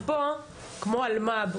כמו אלמ"ב,